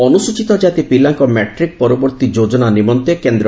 ଅନୁସୂଚୀତ ଜାତି ପିଲାଙ୍କ ମ୍ୟାଟ୍ରିକ୍ ପରବର୍ତ୍ତୀ ଯୋଜନା ନିମନ୍ତେ କେନ୍ଦ୍ର